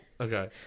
okay